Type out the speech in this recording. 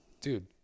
Dude